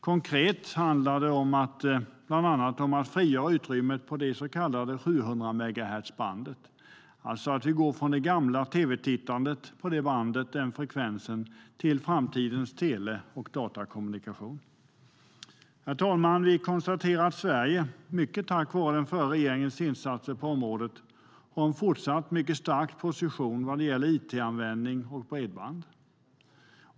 Konkret handlar det bland annat om att frigöra utrymmet på det så kallade 700-megahertzbandet. På den frekvensen går vi alltså från det gamla tv-tittandet till framtidens tele och datakommunikation. Vi konstaterar att Sverige, mycket tack vare den förra regeringens insatser på området, har en fortsatt mycket stark position vad gäller it-användning och bredband.